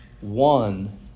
one